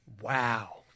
Wow